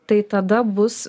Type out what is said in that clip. tai tada bus